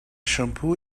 shampoo